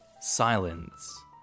Silence